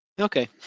Okay